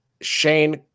Shane